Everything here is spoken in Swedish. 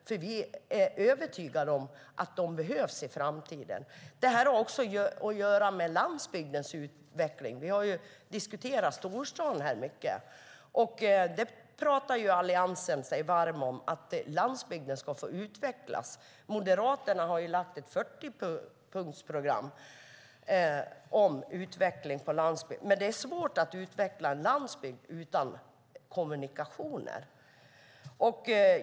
Vi är nämligen övertygade om att de behövs i framtiden. Det har också med landsbygdens utveckling att göra - vi har diskuterat storstaden mycket här. Alliansen pratar sig ju varm om att landsbygden ska få utvecklas, och Moderaterna har lagt fram ett 40-punktsprogram om utveckling på landsbygden. Men det är svårt att utveckla en landsbygd utan kommunikationer.